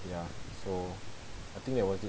ya so I think that was it